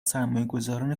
سرمایهگذاران